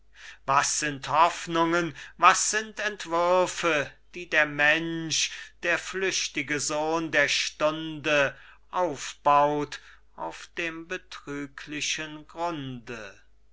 was sind hoffnungen was sind entwürfe die der mensch der flüchtige sohn der stunde aufbaut auf dem betrüglichen grunde